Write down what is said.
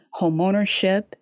homeownership